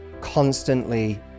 constantly